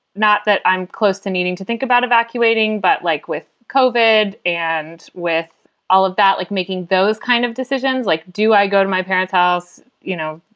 not that i'm close to needing to think about evacuating, but like with coalbed and with all of that, like making those kind of decisions, like, do i go to my parents house? you know,